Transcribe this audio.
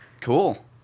Cool